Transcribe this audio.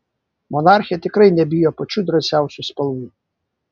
monarchė tikrai nebijo pačių drąsiausių spalvų